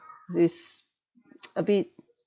this a bit